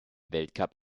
weltcup